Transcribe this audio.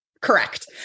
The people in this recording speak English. Correct